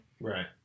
right